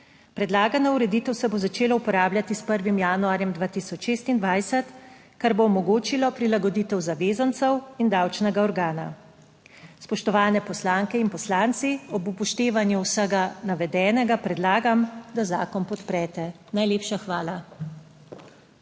Predlagana ureditev se bo začela uporabljati s 1. januarjem 2026, kar bo omogočilo prilagoditev zavezancev in davčnega organa. Spoštovane poslanke in poslanci! Ob upoštevanju vsega navedenega predlagam, da zakon podprete. Najlepša hvala.